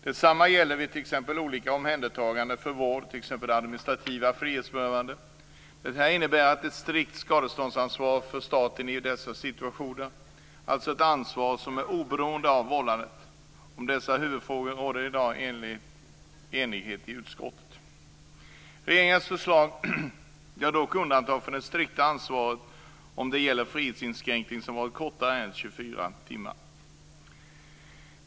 Detsamma gäller vid olika omhändertaganden för vård, t.ex. administrativa frihetsberövanden. Det här innebär ett strikt skadeståndsansvar för staten i dessa situationer, alltså ett ansvar som är oberoende av vållandet. Om dessa huvudfrågor råder det i dag enighet i utskottet. Regeringens förslag gör dock undantag för det strikta ansvaret om det gäller frihetsinskränkning som varit kortare än 24 timmar.